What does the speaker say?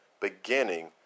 beginning